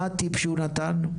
מה הטיפ שהוא נתן?